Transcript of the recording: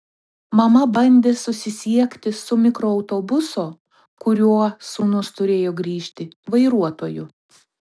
mama bandė susisiekti su mikroautobuso kuriuo sūnus turėjo grįžti vairuotoju